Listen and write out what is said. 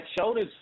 shoulder's